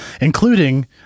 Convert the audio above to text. including